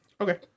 Okay